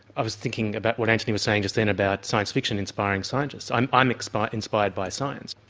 i was thinking about what antony was saying just then about science fiction inspiring scientists. i'm i'm inspired inspired by science.